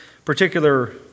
particular